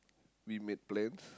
we made plans